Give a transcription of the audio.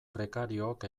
prekariook